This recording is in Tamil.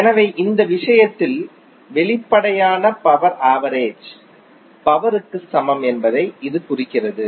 எனவே இந்த விஷயத்தில் வெளிப்படையான பவர் ஆவரேஜ் பவர்க்கு சமம் என்பதை இது குறிக்கிறது